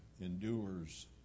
endures